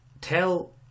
Tell